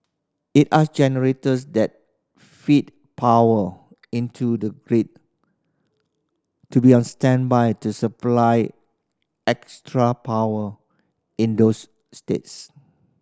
it asked generators that feed power into the grid to be on standby to supply extra power in those states